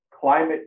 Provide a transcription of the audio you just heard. climate